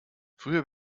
früher